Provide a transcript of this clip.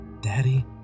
Daddy